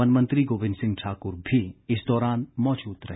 one मंत्री गोविंद सिंह ठाकुर भी इस दौरान मौजूद रहे